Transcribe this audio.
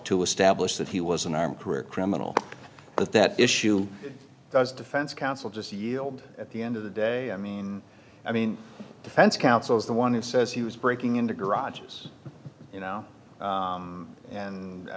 to establish that he was unarmed career criminal with that issue does defense counsel just a yield at the end of the day i mean i mean defense counsel is the one who says he was breaking into garages you know and i